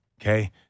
Okay